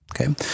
Okay